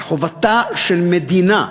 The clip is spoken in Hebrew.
וחובתה של מדינה,